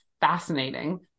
fascinating